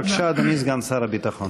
בבקשה, אדוני סגן שר הביטחון.